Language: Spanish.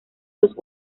los